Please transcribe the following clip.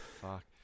fuck